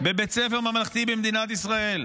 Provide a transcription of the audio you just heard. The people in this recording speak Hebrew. בבית ספר ממלכתי במדינת ישראל,